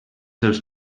dels